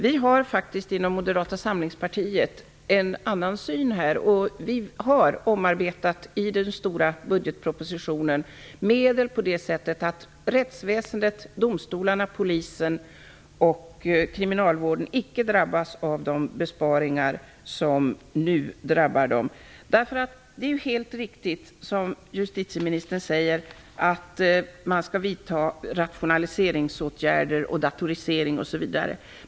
Vi har faktiskt inom Moderata samlingspartiet en annan syn och har omarbetat medel i budgetpropositionen på det sättet att rättsväsendet - domstolarna, Polisen och kriminalvården - icke drabbas av de besparingar som de nu drabbas av. Det är ju helt riktigt som justitieministern säger, att man skall vidta rationaliseringsåtgärder, införa datorisering osv.